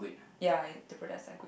ya the products are good